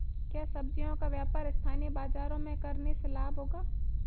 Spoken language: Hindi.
क्या सब्ज़ियों का व्यापार स्थानीय बाज़ारों में करने से लाभ होगा?